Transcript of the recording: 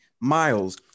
miles